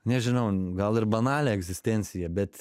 nežinau gal ir banalią egzistenciją bet